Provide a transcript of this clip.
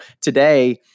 today